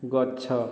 ଗଛ